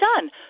done